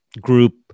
group